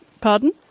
pardon